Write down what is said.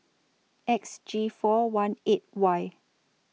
X G four one eight Y